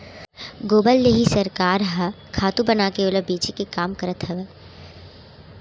गोबर ले ही सरकार ह खातू बनाके ओला बेचे के काम करत हवय